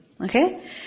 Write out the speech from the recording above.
Okay